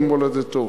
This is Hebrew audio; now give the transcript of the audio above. למולדתו.